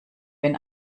wenn